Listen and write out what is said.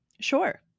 Sure